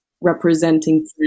representing